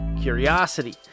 curiosity